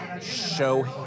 show